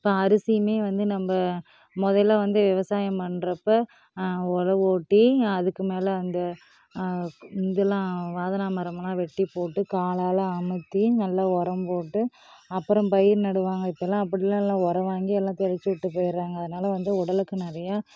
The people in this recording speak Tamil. இப்போ அரிசியுமே வந்து நம்ம முதல்ல வந்து விவசாயம் பண்ணுறப்ப உரம் ஓட்டி அதுக்கு மேலே அந்த இங்கெல்லாம் மரமெல்லாம் வெட்டி போட்டு காலாலே அமுத்தி நல்லா உரம் போட்டு அப்புறம் பயிர் நடுவாங்க இப்பெல்லாம் அப்படிலாம் இல்லை உரம் வாங்கி எல்லாம் தெளிச்சு விட்டு போயிடுறாங்க அதனால வந்து உடலுக்கு நிறையா